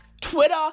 Twitter